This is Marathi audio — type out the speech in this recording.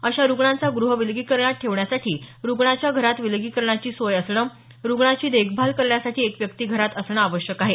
अशा रुग्णांचा गृह विलगीरकणात ठेवण्यासाठी रुग्णाच्या घरात विलगीकरणाची सोय असणं रुग्णाची देखभाल करण्यासाठी एक व्यक्ती घरात असणं आवश्यक आहे